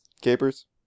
capers